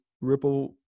ripple-